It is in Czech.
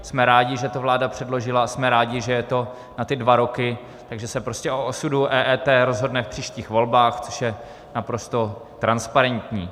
Jsme rádi, že to vláda předložila, a jsme rádi, že je to na ty dva roky, takže se prostě o osudu EET rozhodne v příštích volbách, což je naprosto transparentní.